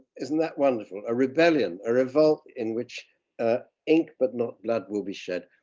isn't that wonderful? a rebellion or revolt in which ink but not blood will be shed